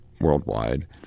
worldwide